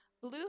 blue